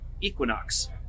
equinox